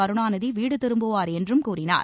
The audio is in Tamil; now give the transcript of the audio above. கருணாநிதி வீடு திரும்புவார் என்றும் கூறினார்